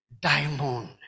Diamond